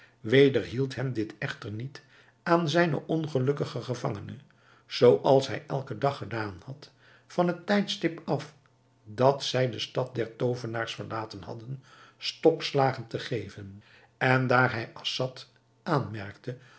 wederhield hem dit echter niet aan zijnen ongelukkigen gevangene zooals hij elken dag gedaan had van het tijdstip af dat zij de stad der toovenaars verlaten hadden stokslagen te geven en daar hij assad aanmerkte